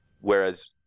whereas